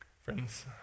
Friends